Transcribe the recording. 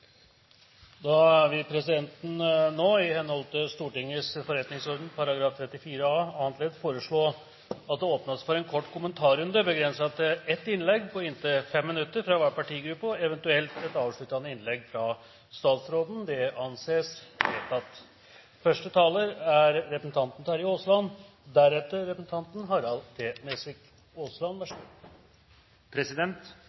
Da vil presidenten, i henhold til Stortingets forretningsorden § 34 a annet ledd, foreslå at det åpnes for en kort kommentarrunde begrenset til innlegg på inntil 5 minutter fra hver partigruppe og eventuelt et avsluttende innlegg fra statsråden. – Det anses vedtatt. Jeg vil takke næringsministeren for en grundig redegjørelse, som etter mitt syn er